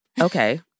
Okay